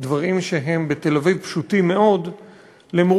דברים שבתל-אביב הם פשוטים מאוד למורכבים,